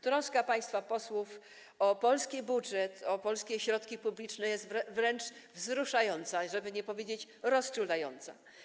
Troska państwa posłów o polski budżet, o polskie środki publiczne jest wręcz wzruszająca, żeby nie powiedzieć: rozczulająca.